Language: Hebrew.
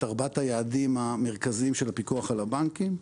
ארבעת היעדים המרכזיים של הפיקוח על הבנקים,